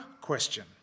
question